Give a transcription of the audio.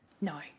No